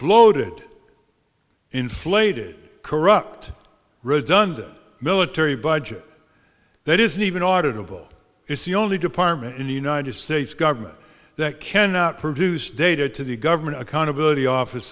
bloated inflated corrupt redundant military budget that isn't even audit of all it's the only department in the united states government that cannot produce data to the government accountability office